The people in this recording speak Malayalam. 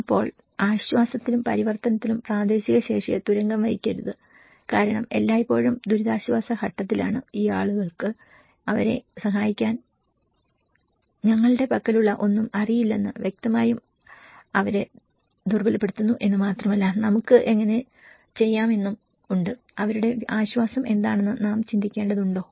അപ്പോൾ ആശ്വാസത്തിലും പരിവർത്തനത്തിലും പ്രാദേശിക ശേഷിയെ തുരങ്കം വയ്ക്കരുത് കാരണം എല്ലായ്പ്പോഴും ദുരിതാശ്വാസ ഘട്ടത്തിലാണ് ഈ ആളുകൾക്ക് അവരെ സഹായിക്കാൻ ഞങ്ങളുടെ പക്കലുള്ള ഒന്നും അറിയില്ലെന്ന് വ്യക്തമായും അവരെ ദുർബലപ്പെടുത്തുന്നു എന്നുമാത്രമല്ല നമുക്ക് എങ്ങനെ ചെയ്യാമെന്നും ഉണ്ട് അവരുടെ ആശ്വാസം എന്താണെന്ന് നാം ചിന്തിക്കേണ്ടതുണ്ടോ